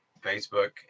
Facebook